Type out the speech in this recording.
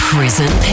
Prison